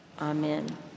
Amen